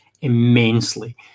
immensely